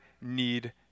need